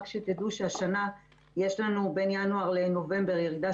רק שתדעו שהשנה יש לנו בין ינואר לנובמבר ירידה